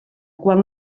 quan